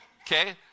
Okay